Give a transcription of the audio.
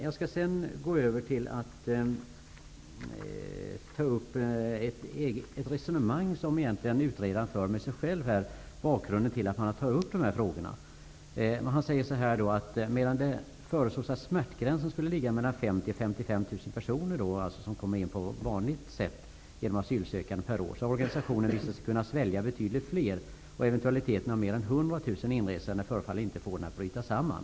Jag skall nu gå över till att ta upp ett resonemang som utredaren egentligen för med sig själv. Det handlar om bakgrunden till att man tar upp de här frågorna. Han skriver: ''Medan det där förutsågs att ''smärtgränsen' skulle ligga mellan 50.000 och 55.000 personer per år,'' -- det handlar alltså om sådana som kommer in i landet på vanligt sätt, genom att söka asyl -- ''har organisationen visat sig kunna ''svälja' betydligt fler och eventualiteten av mer än 100.000 inresande förefaller inte få den att bryta samman.''